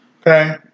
Okay